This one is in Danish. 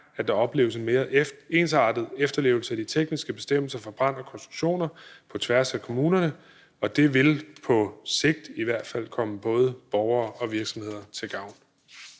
at der opleves en mere ensartet efterlevelse af de tekniske bestemmelser for brand og konstruktioner på tværs af kommunerne, og det vil på sigt i hvert fald komme både borgere og virksomheder til gavn.